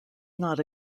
not